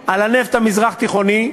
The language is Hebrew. על הנפט המזרח-תיכוני,